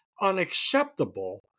unacceptable